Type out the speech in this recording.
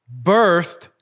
birthed